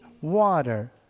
water